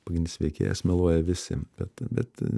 pagrindinis veikėjas meluoja visi bet bet